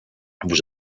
vous